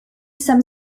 some